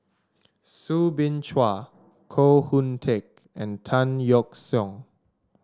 Soo Bin Chua Koh Hoon Teck and Tan Yeok Seong